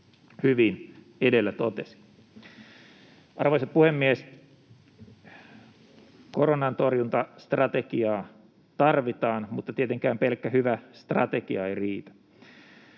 hyvin edellä totesi. Arvoisa puhemies! Koronan torjuntastrategiaa tarvitaan, mutta tietenkään pelkkä hyvä strategia ei riitä.